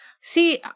See